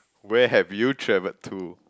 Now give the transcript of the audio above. where have you travelled to